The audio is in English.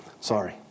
sorry